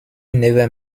never